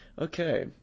Okay